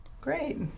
Great